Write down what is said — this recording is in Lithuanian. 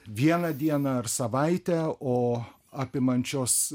vieną dieną ar savaitę o apimančios